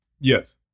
Yes